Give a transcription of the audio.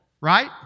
right